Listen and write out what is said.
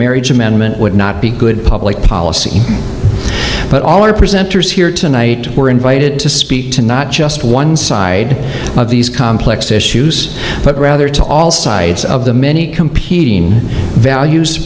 marriage amendment would not be good public policy but all our presenters here tonight were invited to speak to not just one side of these complex issues but rather to all sides of the many competing values